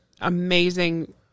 amazing